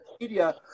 media